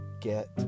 get